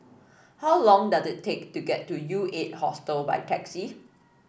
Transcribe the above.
how long does it take to get to U Eight Hostel by taxi